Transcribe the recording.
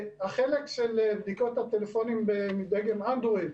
החלק של בדיקות הטלפונים מדגם אנדרואיד